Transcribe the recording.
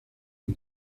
que